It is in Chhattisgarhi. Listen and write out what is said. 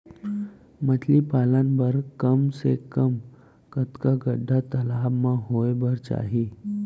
मछली पालन बर कम से कम कतका गड्डा तालाब म होये बर चाही?